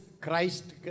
Christ